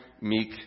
meek